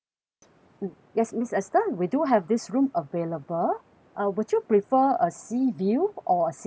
mm yes miss esther we do have this room available uh would you prefer a sea view or a city view